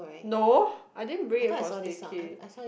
no I din bring it for stay cay